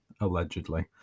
allegedly